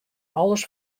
alles